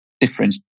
difference